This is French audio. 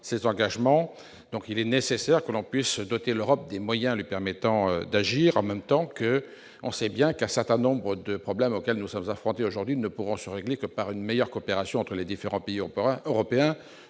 ces engagements. C'est pourquoi il est nécessaire de doter l'Europe des moyens lui permettant d'agir. En même temps, on sait bien qu'un certain nombre de problèmes auxquels nous sommes confrontés aujourd'hui ne pourront se régler que par une meilleure coopération entre les différents pays européens.